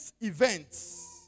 events